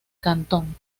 cantón